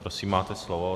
Prosím, máte slovo.